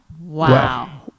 Wow